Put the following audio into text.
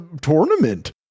tournament